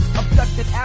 abducted